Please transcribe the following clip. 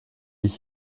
ich